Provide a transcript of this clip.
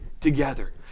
together